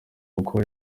kuko